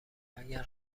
اگر